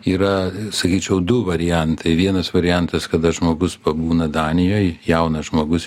yra sakyčiau du variantai vienas variantas kada žmogus pabūna danijoj jaunas žmogus